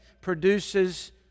produces